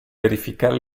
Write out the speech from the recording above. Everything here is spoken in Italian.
verificare